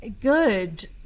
good